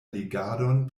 legadon